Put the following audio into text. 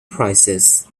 prices